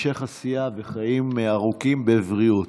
והמשך עשייה בחיים ארוכים בבריאות.